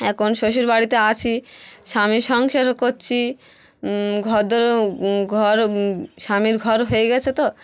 এখন শ্বশুর বাড়িতে আছি স্বামী সংসার করছি ঘরদোরও ঘর স্বামীর ঘর হয়ে গেছে তো